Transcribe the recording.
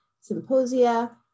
symposia